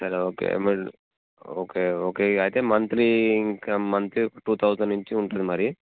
సరే okay okay okay అయితే monthly ఇంకా మంత్లీ టూ థౌసండ్ నుంచి ఉంటుంది మరి